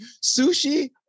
Sushi